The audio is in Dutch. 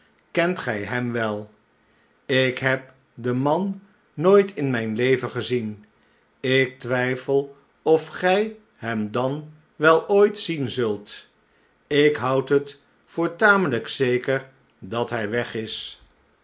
kent gij hem wel ik heb den man nooit in mijn leven gezien ik twijfel of gij hem dan wel ooit zien zult ik houd het voor tamelijk zeker dat hij weg is